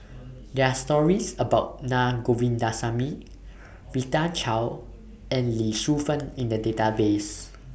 There Are stories about Na Govindasamy Rita Chao and Lee Shu Fen in The Database